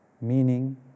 meaning